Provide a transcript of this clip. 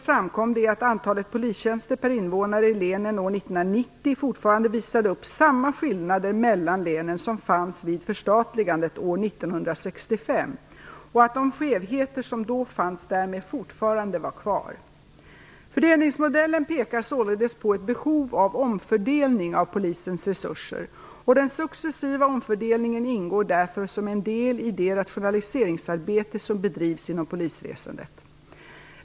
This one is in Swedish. fortfarande visade upp samma skillnader mellan länen som fanns vid förstatligandet år 1965 och att de skevheter som då fanns därmed fortfarande var kvar. Fördelningsmodellen pekar således på ett behov av omfördelning av polisens resurser, och den successiva omfördelningen ingår därför som en del i det rationaliseringsarbete som bedrivs inom polisväsendet.